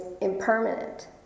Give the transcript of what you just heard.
impermanent